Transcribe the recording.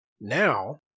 Now